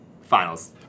finals